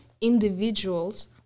individuals